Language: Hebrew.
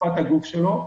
לשפת הגוף שלו.